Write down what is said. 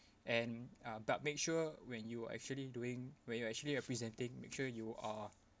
and uh but make sure when you actually doing when you actually representing make sure you are